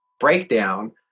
breakdown